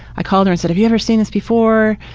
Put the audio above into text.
i called her and said, have you ever seen this before?